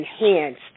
enhanced